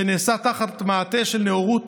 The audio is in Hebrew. שנעשה תחת מעטה של נאורות